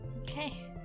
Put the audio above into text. okay